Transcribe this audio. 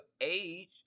age